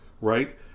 right